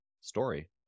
story